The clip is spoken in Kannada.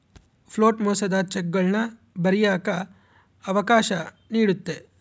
ಫ್ಲೋಟ್ ಮೋಸದ ಚೆಕ್ಗಳನ್ನ ಬರಿಯಕ್ಕ ಅವಕಾಶ ನೀಡುತ್ತೆ